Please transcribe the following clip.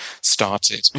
started